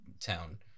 town